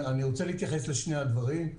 אני רוצה להתייחס לשני הדברים.